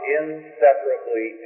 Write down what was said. inseparably